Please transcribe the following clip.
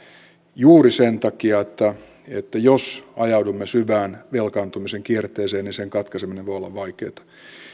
juuri sen takia että jos ajaudumme syvään velkaantumisen kierteeseen niin sen katkaiseminen voi olla vaikeata